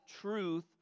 truth